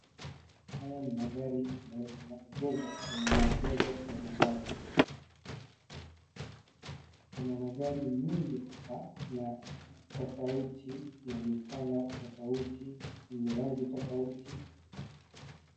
Haya ni magari ambayo yameegezwa kwenye maegezo ya magari. Kuna magari mingi hapa na tofauti na ni colour rangi tofauti.